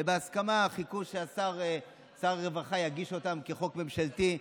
ובהסכמה חיכו ששר הרווחה יגיש אותם כחוק ממשלתי,